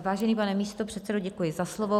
Vážený pane místopředsedo, děkuji za slovo.